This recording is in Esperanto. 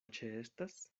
ĉeestas